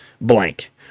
blank